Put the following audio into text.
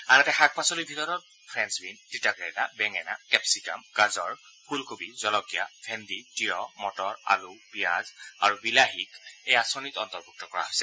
আনহাতে শাকপাচলিৰ ভিতৰত ফ্ৰেন্সবিন তিতাকেৰেলা বেঙেনা কেপছিকাম গাজৰ ফুলকবি জলকীয়া ভেণ্ডী তিয়ঁহ মটৰ আলু পিয়াজ আৰু বিলাহীক এই আঁচনিত অন্তৰ্ভুক্ত কৰা হৈছে